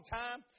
time